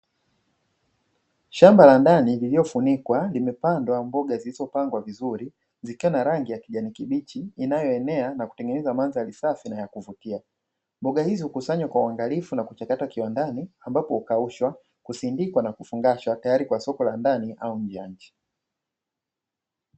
Shamba la ndani lililofunikwa limepandwa mboga zilizopangwa vizuri zikiwa zina rangi ya kijani kibichi inayoenea na kutengeneza mandhari safi na ya kuvutia. Mboga hizi hukusanywa kwa uangalifu na kuchakatwa kiwandani ambapo hukaushwa, kusindikwa na kufungashwa tayari kwa soko la ndani au nje ya nchi.